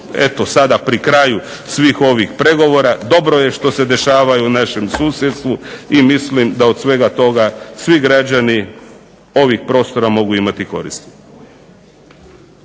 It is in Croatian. eto sada pri kraju ovih pregovora, dobro je što se dešava u našem susjedstvu i mislim da od svega toga svi građani ovog prostora mogu imati koristi.